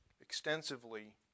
extensively